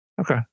Okay